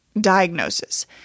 diagnosis